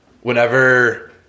whenever